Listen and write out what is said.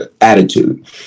attitude